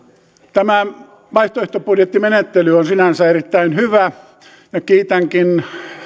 tämä vaihtoehtobudjettimenettely on sinänsä erittäin hyvä minä kiitänkin